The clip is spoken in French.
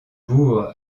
bourgs